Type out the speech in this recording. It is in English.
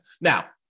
Now